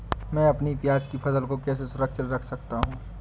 मैं अपनी प्याज की फसल को कैसे सुरक्षित रख सकता हूँ?